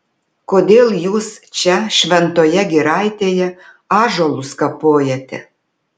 kodėl jūs čia šventoje giraitėje ąžuolus kapojate